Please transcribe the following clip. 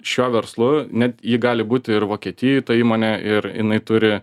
šiuo verslu net ji gali būt ir vokietijoj tą įmonę ir jinai turi